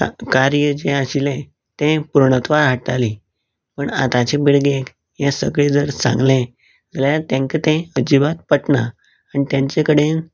कार्य जें आशिल्लें तें पुर्णत्वाक हाडटाली पण आताच्या पिळगेक हें सगळें जर सांगलें जाल्यार तेंकां तें अजीबात पटना पण तेंचे कडेन